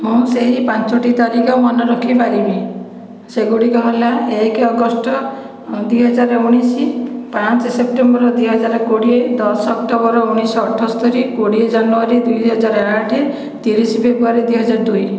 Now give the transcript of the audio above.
ମୁଁ ସେହି ପାଞ୍ଚଟି ତାରିଖ ମନେ ରଖିପାରିବି ସେଗୁଡ଼ିକ ହେଲା ଏକ ଅଗଷ୍ଟ ଦୁଇ ହଜାର ଉଣାଇଶ ପାଞ୍ଚ ସେପ୍ଟେମ୍ବର ଦୁଇ ହଜାର କୋଡ଼ିଏ ଦଶ ଅକ୍ଟୋବର ଉଣାଇଶଶହ ଅଠସ୍ତରି କୋଡ଼ିଏ ଜାନୁଆରୀ ଦୁଇ ହଜାର ଆଠ ତିରିଶ ଫେବ୍ରୁଆରୀ ଦୁଇ ହଜାର ଦୁଇ